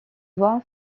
voie